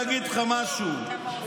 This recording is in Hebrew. אתם מדברים שטויות.